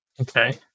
Okay